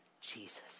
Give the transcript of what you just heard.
Jesus